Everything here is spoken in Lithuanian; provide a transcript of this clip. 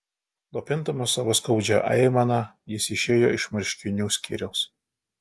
slopindamas savo skaudžią aimaną jis išėjo iš marškinių skyriaus